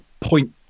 point